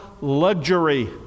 luxury